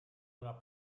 una